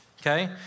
Okay